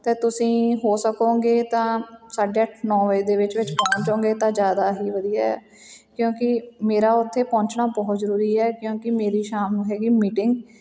ਅਤੇ ਤੁਸੀਂ ਹੋ ਸਕੋਂਗੇ ਤਾਂ ਸਾਢੇ ਅੱਠ ਨੌ ਵਜੇ ਦੇ ਵਿੱਚ ਵਿੱਚ ਪਹੁੰਚ ਜਾਓਗੇ ਤਾਂ ਜ਼ਿਆਦਾ ਹੀ ਵਧੀਆ ਆ ਕਿਉਂਕਿ ਮੇਰਾ ਉੱਥੇ ਪਹੁੰਚਣਾ ਬਹੁਤ ਜ਼ਰੂਰੀ ਹੈ ਕਿਉਂਕਿ ਮੇਰੀ ਸ਼ਾਮ ਨੂੰ ਹੈਗੀ ਮੀਟਿੰਗ